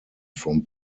from